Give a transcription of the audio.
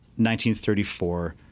1934